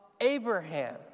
Abraham